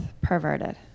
perverted